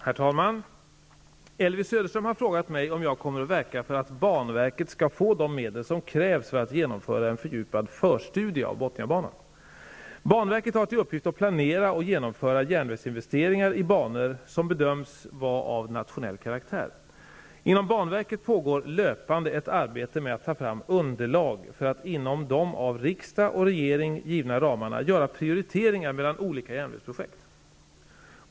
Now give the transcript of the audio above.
Herr talman! Elvy Söderström har frågat mig om jag kommer att verka för att banverket skall få de medel som krävs för att genomföra en fördjupad förstudie av Botniabanan. Banverket har till uppgift att planera och genomföra järnvägsinvesteringar i banor som bedöms vara av nationell karaktär. Inom banverket pågår löpande ett arbete med att ta fram underlag för att inom de av riksdag och regering givna ramarna göra prioriteringar mellan olika järnvägsprojekt.